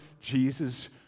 Jesus